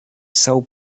são